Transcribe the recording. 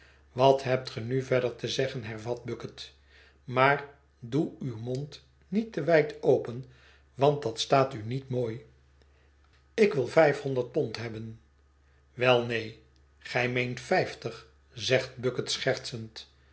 wat hebt ge nu verder te zeggen hervat bucket maar doe uw mond niet te wijd open want dat staat u niet mooi ik wil vijfhonderd pond hebben wel neen gij meent vijftig zegt bucket schertsend